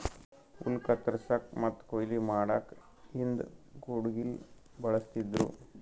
ಹುಲ್ಲ್ ಕತ್ತರಸಕ್ಕ್ ಮತ್ತ್ ಕೊಯ್ಲಿ ಮಾಡಕ್ಕ್ ಹಿಂದ್ ಕುಡ್ಗಿಲ್ ಬಳಸ್ತಿದ್ರು